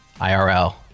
IRL